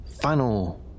final